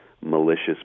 malicious